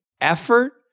effort